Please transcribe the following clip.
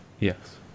Yes